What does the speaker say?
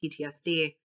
PTSD